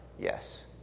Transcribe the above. Yes